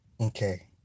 Okay